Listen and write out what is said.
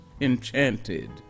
enchanted